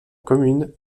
commune